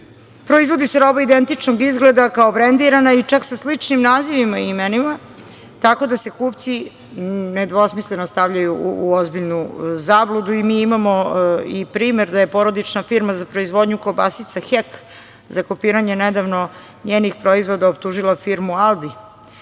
Proizvodi se roba identičnog izgleda kao brendirana i čak sa sličnim nazivima i imenima, tako da se kupci nedvosmisleno stavljaju u ozbiljnu zabludu. Mi imamo primer da je porodična firma za proizvodnju kobasica „Hek“ za kopiranje, nedavno njenih proizvoda optužila firmu „Aldi“,